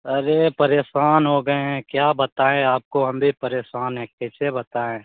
अरे परेशान हो गए हैं क्या बताएँ आपको हम भी परेशान हैं कैसे बताएँ